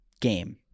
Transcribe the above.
game